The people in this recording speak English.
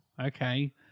Okay